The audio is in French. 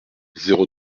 zéro